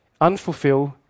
unfulfilled